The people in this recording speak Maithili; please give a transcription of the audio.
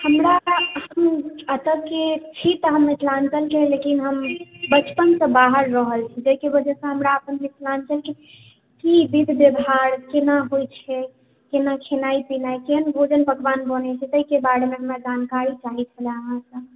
हमरा एतयके छि तऽ हम मिथिलाञ्चलके लेकिन हम बचपनसँ बाहर रहल छी जेहिके वजहसँ हमरा अपन मिथिलाञ्चलके कि विधि व्यवहार केना होइ छै केना खेनाइ पिनाइ केहन भोजन पकवान बनेै छै तहिके बारेमे हमरा जानकारी चाहै छलै हँ अहाँसँ